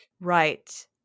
Right